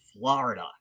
Florida